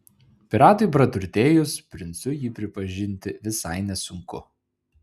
piratui praturtėjus princu jį pripažinti visai nesunku